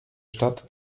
stadt